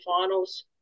finals